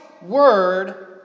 Word